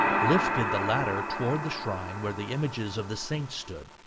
lifted the latter towards the shrine where the images of the saints stood.